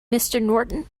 norton